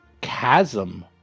chasm